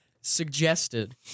suggested